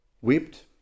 whipped